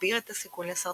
מגביר הסיכון לסרטן,